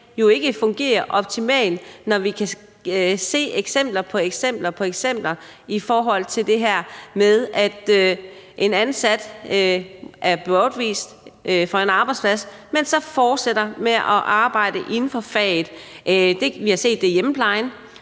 jo ikke fungerer optimalt, for vi kan se eksempel på eksempel på det her med, at en ansat er bortvist fra en arbejdsplads, men så fortsætter med at arbejde inden for faget? Vi har set det i hjemmeplejen,